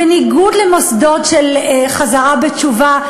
בניגוד למוסדות של חזרה בתשובה,